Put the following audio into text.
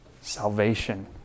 salvation